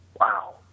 wow